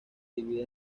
divide